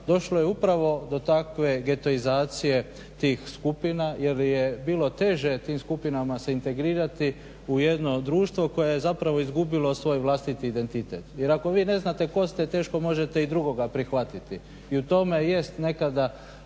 došlo je upravo do takve getoizacije tih skupina jer je bilo teže tim skupinama se integrirati u jedno društvo koje je zapravo izgubilo svoj vlastiti identitet jer ako vi ne znate tko ste teško možete i drugoga prihvatiti. I u tome jest nekada